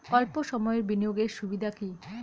অল্প সময়ের বিনিয়োগ এর সুবিধা কি?